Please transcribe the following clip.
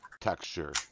texture